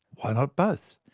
why not both?